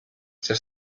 sia